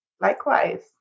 Likewise